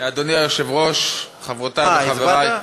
אדוני היושב-ראש, חברותי וחברי, הצבעת?